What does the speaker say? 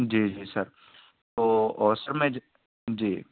جی جی سر اور اور سر میں جی جی